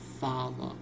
father